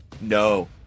No